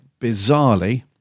bizarrely